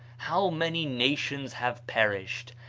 how many nations have perished,